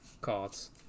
cards